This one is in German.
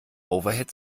overhead